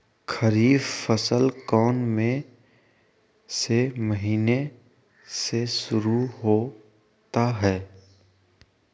खरीफ फसल कौन में से महीने से शुरू होता है?